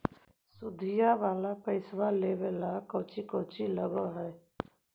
सुदिया वाला पैसबा लेबे में कोची कोची लगहय?